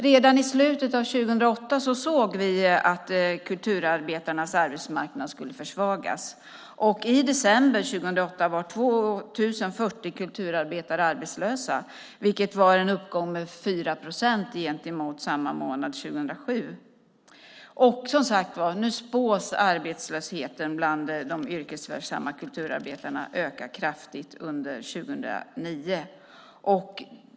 Redan i slutet av 2008 såg vi att kulturarbetarnas arbetsmarknad skulle försvagas, och i december 2008 var 2 040 kulturarbetare arbetslösa, vilket var en uppgång med 4 procent jämfört med samma månad 2007. Nu spås arbetslösheten bland de yrkesverksamma kulturarbetarna öka kraftigt under 2009.